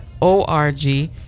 org